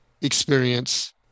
experience